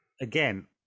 Again